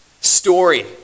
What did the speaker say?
story